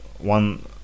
one